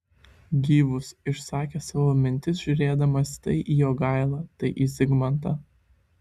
gyvus išsakė savo mintis žiūrėdamas tai į jogailą tai į zigmantą